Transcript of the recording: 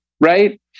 right